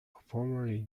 formerly